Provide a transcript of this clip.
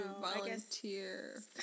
volunteer